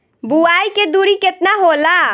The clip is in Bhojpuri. बुआई के दूरी केतना होला?